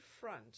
front